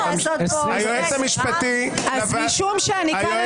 באה לעשות פה --- היועץ המשפטי לוועדה --- משום שאני כאן,